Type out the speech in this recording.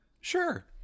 Sure